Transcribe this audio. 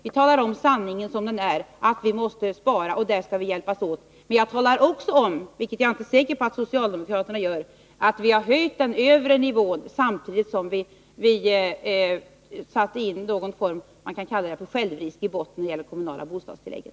Vi säger sanningen, nämligen att vi måste spara. I det avseendet skall vi hjälpas åt. Men jag talar också om — vilket jag inte är säker på att socialdemokraterna gör — att vi har höjt den övre nivån, samtidigt som vi satte in en form av låt oss kalla det självrisk i botten när det gäller de kommunala bostadstilläggen.